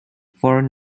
foreign